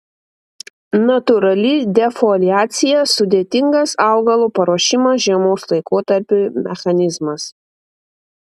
natūrali defoliacija sudėtingas augalo paruošimo žiemos laikotarpiui mechanizmas